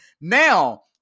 Now